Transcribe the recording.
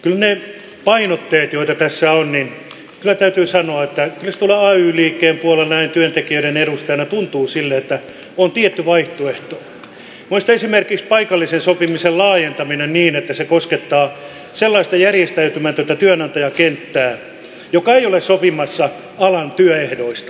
kyllä niistä painotuksista joita tässä on täytyy sanoa että tuolla ay liikkeen puolella näin työntekijöiden edustajana tuntuu siltä että on tietty vaihtoehto esimerkiksi paikallisen sopimisen laajentaminen niin että se koskettaa sellaista järjestäytymätöntä työnantajakenttää joka ei ole sopimassa alan työehdoista